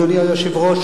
אדוני היושב-ראש,